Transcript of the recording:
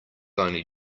only